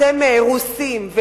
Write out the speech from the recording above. אתם רוסים.